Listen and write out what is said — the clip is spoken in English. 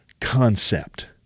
concept